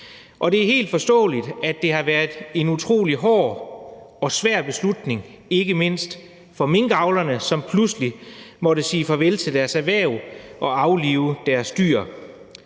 Og det er helt forståeligt, at det har været en utrolig hård og svær beslutning ikke mindst for minkavlerne, som pludselig måtte sige farvel til deres erhverv og aflive deres dyr.